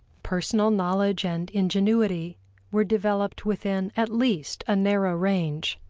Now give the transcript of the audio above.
personal knowledge and ingenuity were developed within at least a narrow range,